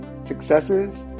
successes